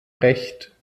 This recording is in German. recht